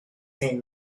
seen